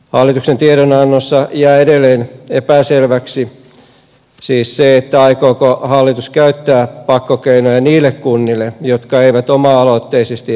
hallituksen tiedonannossa jää edelleen epäselväksi se aikooko hallitus käyttää pakkokeinoja niille kunnille jotka eivät oma aloitteisesti lähde kuntaliitoksiin